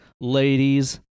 ladies